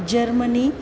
Germany